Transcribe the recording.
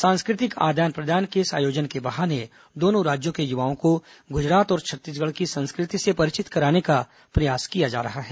सांस्कृतिक आदान प्रदान के इस आयोजन के बहाने दोनों राज्यों के युवाओं को गुजरात और छत्तीसगढ़ की संस्कृति से परिचित कराने का प्रयास किया जा रहा है